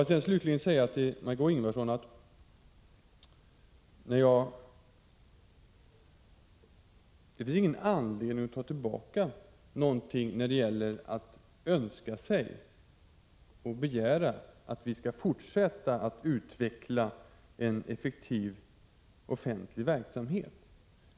Till Margé6 Ingvardsson vill jag slutligen säga att jag inte har någon anledning att ta tillbaka några önskemål eller någon begäran om att vi skall fortsätta att utveckla en effektiv offentlig verksamhet.